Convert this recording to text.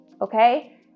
Okay